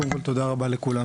קודם כל תודה רבה לכם